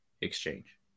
exchange